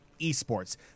esports